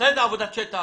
נעשתה איזו עבודת שטח,